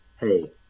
Hey